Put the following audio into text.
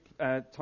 time